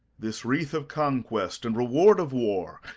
this wreath of conquest and reward of war,